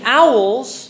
owls